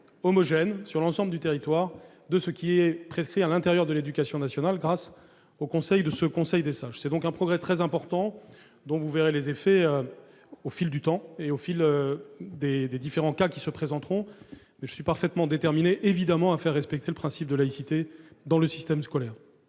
homogène sur l'ensemble du territoire de ce qui est prescrit au sein de l'éducation nationale grâce au Conseil des sages. Il s'agit donc d'un progrès très important. Vous en verrez les effets au fil du temps, selon les différents cas qui se présenteront. Je suis évidemment déterminé à faire respecter le principe de laïcité dans le système scolaire.